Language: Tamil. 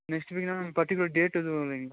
நெக்ஸ்டு வீக்னால் பர்டிக்குலர் டேட் எதுவும் இல்லைங்களா